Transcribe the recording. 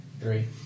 Three